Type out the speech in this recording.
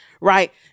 right